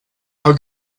how